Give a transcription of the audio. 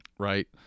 right